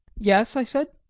yes, i said,